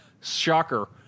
shocker